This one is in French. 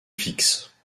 fixes